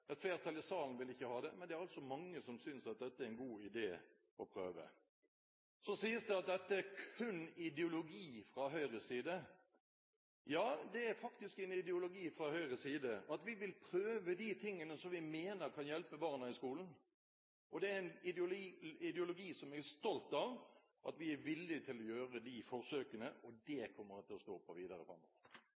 et flertall i salen vil ikke ha det, men det er altså mange som synes at det er en god idé å prøve. Så sies det at dette kun er ideologi fra Høyres side. Ja, det er faktisk en ideologi fra Høyres side – at vi vil prøve de tingene som vi mener kan hjelpe barna i skolen. Det er en ideologi vi er stolte av, vi er villige til å gjøre de forsøkene, og det kommer jeg til å stå på videre